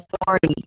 authority